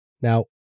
Now